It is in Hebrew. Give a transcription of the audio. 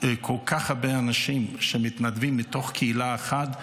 כל כך הרבה אנשים שמתנדבים מתוך קהילה אחת,